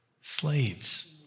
slaves